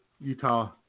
Utah